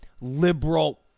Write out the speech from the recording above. liberal